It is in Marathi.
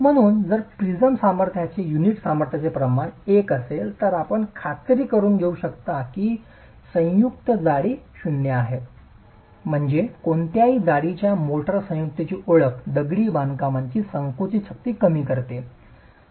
म्हणून जर प्रिझम सामर्थ्याचे युनिट सामर्थ्याचे प्रमाण 1 असेल तर आपण खात्री करुन घेऊ शकता की संयुक्त जाडी 0 आहे म्हणजे कोणत्याही जाडीच्या मोर्टार संयुक्तची ओळख दगडी बांधकामाची संकुचित शक्ती कमी करते